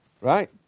Right